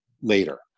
later